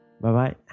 Bye-bye